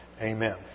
Amen